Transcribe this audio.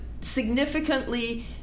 significantly